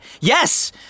Yes